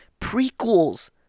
prequels